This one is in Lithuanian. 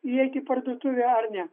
įeit į parduotuvę ar ne